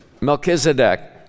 Melchizedek